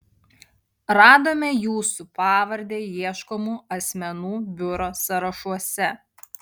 radome jūsų pavardę ieškomų asmenų biuro sąrašuose